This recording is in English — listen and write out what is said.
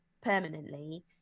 permanently